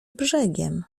brzegiem